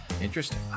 Interesting